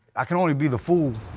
i can only be the fool.